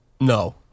No